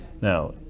Now